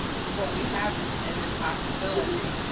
what we have is an impossibility.